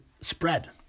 spread